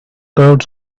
curved